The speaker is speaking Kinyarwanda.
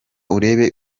urebe